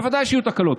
בוודאי שיהיו תקלות.